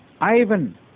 Ivan